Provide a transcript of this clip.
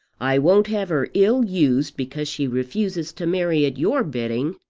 i won't have her ill-used because she refuses to marry at your bidding.